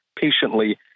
patiently